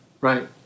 Right